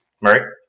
Murray